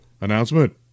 announcement